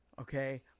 Okay